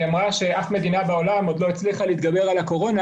היא אמרה ששום מדינה בעולם עוד לא הצליחה להתגבר על הקורונה.